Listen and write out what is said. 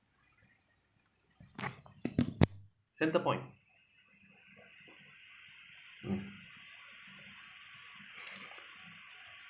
centrepoint mm